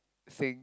think